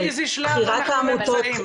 באיזה שלב אנחנו נמצאים?